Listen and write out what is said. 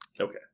Okay